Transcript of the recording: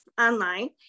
online